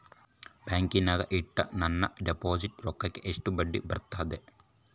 ಬ್ಯಾಂಕಿನಾಗ ಇಟ್ಟ ನನ್ನ ಡಿಪಾಸಿಟ್ ರೊಕ್ಕಕ್ಕ ಎಷ್ಟು ಬಡ್ಡಿ ಬರ್ತದ?